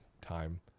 time